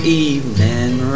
evening